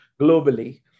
globally